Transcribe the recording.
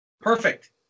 Perfect